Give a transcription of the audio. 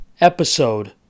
episode